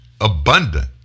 abundant